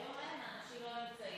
והיום אין, האנשים לא נמצאים.